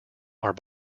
are